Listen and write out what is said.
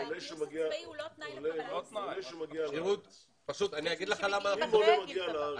הגיוס הצבאי הוא לא תנאי לקבלת הסיוע אם הוא לא מגיע לארץ,